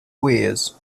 ways